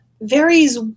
varies